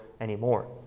anymore